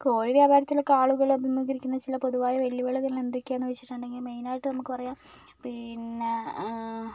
കോഴി വ്യാപാരത്തിലൊക്കെ ആളുകൾ അഭിമുഖീകരിക്കുന്ന ചില പ്രധാന വെല്ലുവിളികൾ എന്തൊക്കെയാന്ന് ചോദിച്ചിട്ടുണ്ടെങ്കിൽ മെയിനായിട്ടും നമുക്ക് പറയാം പിന്നെ